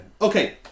Okay